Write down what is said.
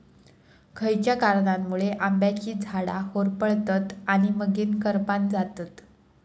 खयच्या कारणांमुळे आम्याची झाडा होरपळतत आणि मगेन करपान जातत?